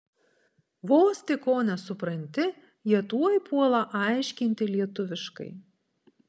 vos tik ko nesupranti jie tuoj puola aiškinti lietuviškai